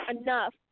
enough